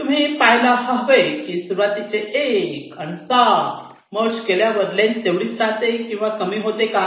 तुम्ही पाहायला हवे की सुरुवातीचे 1 आणि 7 मर्ज केल्यावर लेन्थ तेवढीच रहाते किंवा कमी होते काय